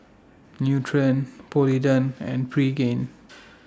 Nutren Polident and Pregain